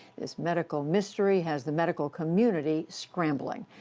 this medical mystery has the medical community scrambling.